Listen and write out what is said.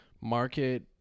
market